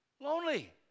Lonely